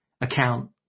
account